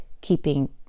keeping